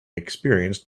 experienced